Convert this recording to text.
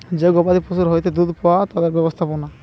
যে গবাদি পশুর হইতে দুধ পাওয়া যায় তাদের ব্যবস্থাপনা